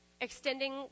extending